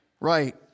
right